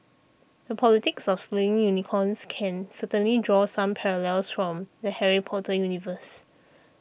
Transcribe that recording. the politics of slaying unicorns can certainly draw some parallels from the Harry Potter universe